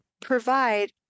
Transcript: provide